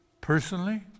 personally